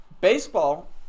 baseball